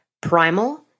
primal